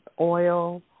oil